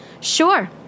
Sure